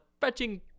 fetching